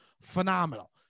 Phenomenal